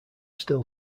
still